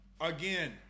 Again